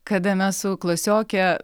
kada mes su klasioke